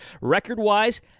Record-wise